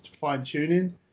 fine-tuning